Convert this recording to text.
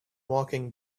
walking